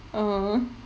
oh